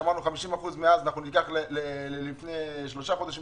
שאמרנו ש-50% מאז אנחנו ניקח לפני שלושה חודשים,